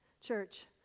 church